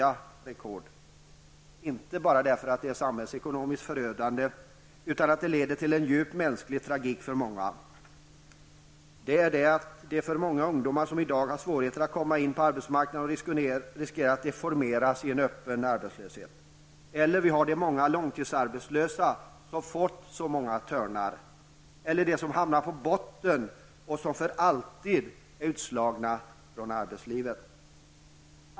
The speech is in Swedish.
Vi måste göra det inte bara därför att det är samhällsekonomiskt förödande utan också därför att det leder till djup mänsklig tragedi för många. Det är en tragedi för de många ungdomar som i dag har svårigheter att komma in på arbetsmarknaden och som därmed riskerar att deformeras i en öppen arbetslöshet. Det gäller också de många långtidsarbetslösa som redan fått så många törnar. Det kan också gälla dem som hamnar på samhällets botten och som för alltid är utslagna från arbetslivet.